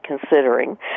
considering